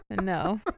no